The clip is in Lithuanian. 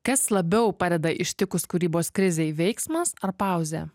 kas labiau padeda ištikus kūrybos krizei veiksmas ar pauzė